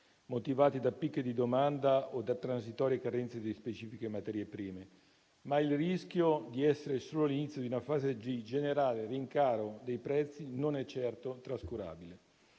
motivati da picchi di domanda o da transitorie carenze di specifiche materie prime, ma il rischio di essere solo all'inizio di una fase di generale rincaro dei prezzi non è certo trascurabile.